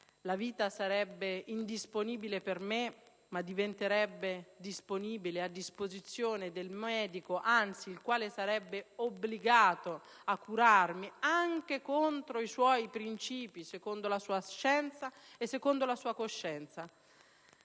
la vita sarebbe indisponibile per me, ma diventerebbe disponibile, a disposizione del medico, che anzi sarebbe obbligato a curarmi anche contro i suoi princìpi, secondo la sua scienza e la sua coscienza.